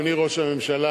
אדוני ראש הממשלה,